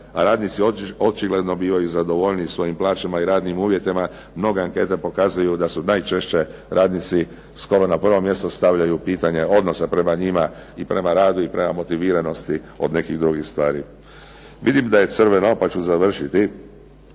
radnici očigledno bivaju zadovoljniji svojim plaćama i radnim uvjetima. Mnoge ankete pokazuju da su najčešće radnici skoro na prvo mjesto stavljaju pitanje odnosa prema njima, prema radu i prema motiviranosti od nekih drugih stvari. Ovo je prilika da u temeljnim